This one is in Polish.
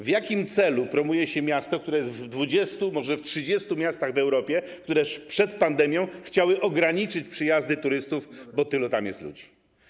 W jakim celu promuje się miasto, które jest w grupie 20, a może 30 miast w Europie, które przed pandemią chciały ograniczyć przyjazdy turystów, bo tylu tam jest ludzi?